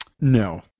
No